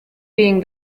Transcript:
being